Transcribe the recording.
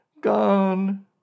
Gone